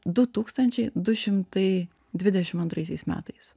du tūkstančiai du šimtai dvidešim antraisiais metais